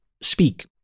speak